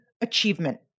achievement